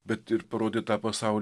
bet ir parodyt tą pasaulio